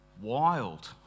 wild